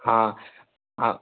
हाँ हाँ